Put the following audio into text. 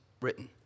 written